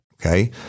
Okay